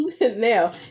now